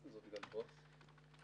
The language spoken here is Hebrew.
בבקשה.